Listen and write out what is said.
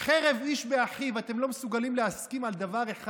חרב איש באחיו, אתם לא מסוגלים להסכים על דבר אחד.